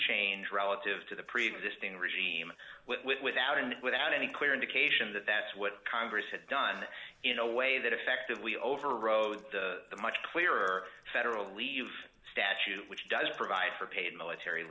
change relative to the preexisting regime without and without any clear indication that that's what congress had done in a way that effectively overrode the much clearer federal leave statute which does provide for paid military